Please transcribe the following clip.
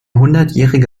hundertjährige